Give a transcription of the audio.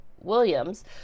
Williams